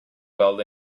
well